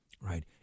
right